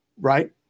Right